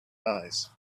eyes